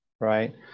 Right